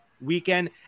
weekend